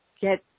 get